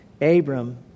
Abram